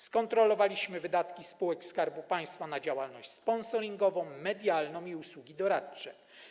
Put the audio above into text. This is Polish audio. Skontrolowaliśmy wydatki spółek Skarbu Państwa na działalność sponsoringową, medialną i usługi doradcze.